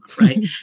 right